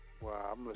Wow